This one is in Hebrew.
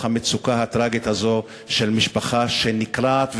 המצוקה הטרגית הזאת של משפחה שנקרעת ונגדעת.